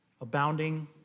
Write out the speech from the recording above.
abounding